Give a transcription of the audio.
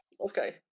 Okay